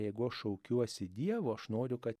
jeigu aš šaukiuosi dievo aš noriu kad